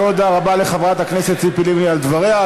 תודה רבה לחברת הכנסת ציפי לבני על דבריה.